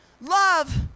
Love